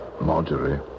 Marjorie